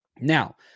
Now